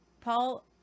Paul